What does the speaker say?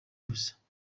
gusa